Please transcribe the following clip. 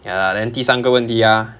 ya lah then 第三个问题 ah